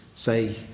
say